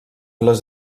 les